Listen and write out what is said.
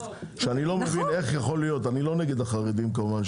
שאני לא מבין איך יכול להיות אני לא נגד החרדים כמובן,